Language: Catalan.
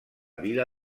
vila